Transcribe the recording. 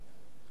הדובר הבא,